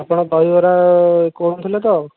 ଆପଣ ଦହିବରା କହୁଥିଲେ ତ